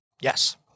Yes